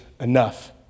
enough